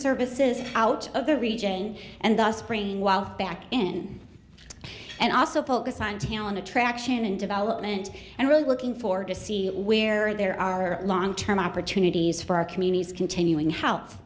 services out of the region and thus bringing while back in and also focus on talent attraction and development and really looking forward to see where there are long term opportunities for our communities continuing